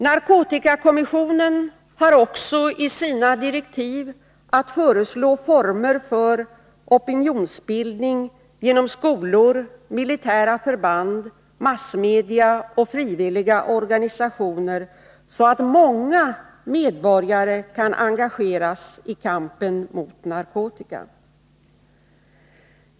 Narkotikakommissionen har också i sina direktiv att föreslå former för opinionsbildning genom skolor, militära förband, massmedia och frivilliga organisationer så att många medborgare kan engageras i kampen mot narkotika.